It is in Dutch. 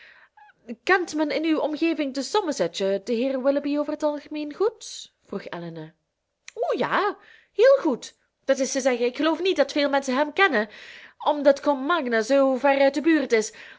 kent men in uw omgeving te somersetshire den heer willoughby over t algemeen goed vroeg elinor o ja héél goed dat is te zeggen ik geloof niet dat veel menschen hem kennen omdat combe magna zoo ver uit de buurt is